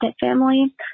family